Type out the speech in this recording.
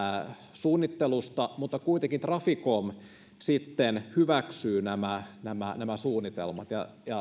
suunnittelusta niin kuitenkin traficom sitten hyväksyy nämä nämä suunnitelmat